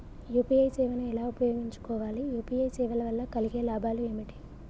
UPI సేవను ఎలా ఉపయోగించు కోవాలి? యూ.పీ.ఐ సేవల వల్ల కలిగే లాభాలు ఏమిటి?